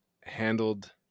handled